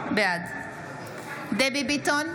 בעד דבי ביטון,